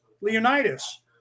Leonidas